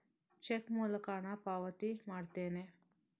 check ಮೂಲಕ ಹಣ ಪಾವತಿ ಮಾಡುತ್ತೇನೆ